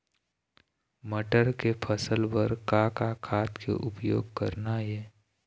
मटर के फसल बर का का खाद के उपयोग करना ये?